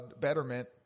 betterment